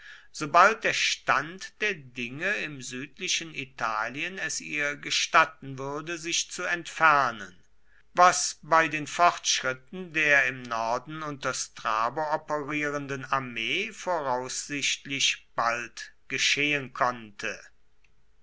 sobald der stand der dinge im südlichen italien es ihr gestatten würde sich zu entfernen war bei den fortschritten der im norden unter strabo operierenden armee voraussichtlich bald geschehen konnte